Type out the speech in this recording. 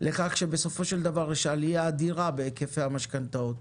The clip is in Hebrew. לכך שבסופו של דבר יש עליה אדירה בהיקפי המשכנתאות,